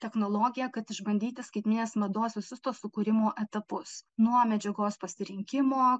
technologiją kad išbandyti skaitmeninės mados visus tuos sukūrimo etapus nuo medžiagos pasirinkimo